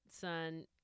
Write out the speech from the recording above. son